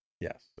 Yes